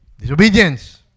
Disobedience